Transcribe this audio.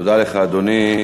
תודה לך, אדוני.